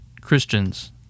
Christians